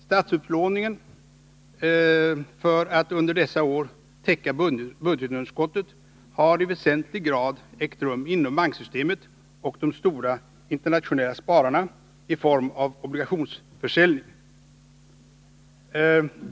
Statsupplåningen för att under dessa år täcka budgetunderskottet har i väsentlig grad ägt rum inom banksystemet och hos de stora internationella spararna i form av obligationsförsäljning.